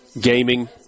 Gaming